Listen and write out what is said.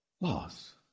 loss